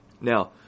Now